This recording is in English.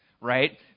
right